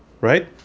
Right